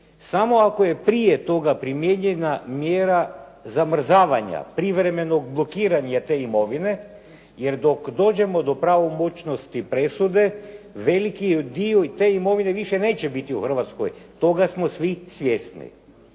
samo ako je prije toga primijenjena mjera zamrzavanja, privremenog blokiranja te imovine, jer dok dođemo do pravomoćnosti presude veliki dio i te imovine više neće biti u Hrvatskoj. Toga smo svi svjesni.